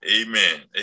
amen